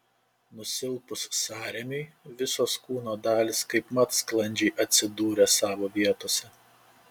nusilpus sąrėmiui visos kūno dalys kaipmat sklandžiai atsidūrė savo vietose